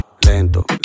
lento